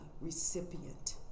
recipient